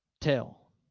tell